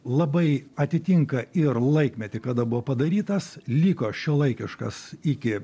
labai atitinka ir laikmetį kada buvo padarytas liko šiuolaikiškas iki